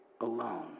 alone